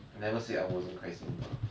I never say I wasn't 开心 bro